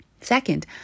Second